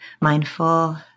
mindful